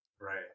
Right